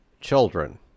children